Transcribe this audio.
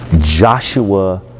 Joshua